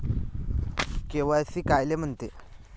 KYC कायले म्हनते?